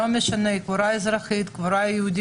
ולא משנה אם היא קבורה אזרחית או יהודית,